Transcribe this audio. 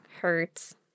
hurts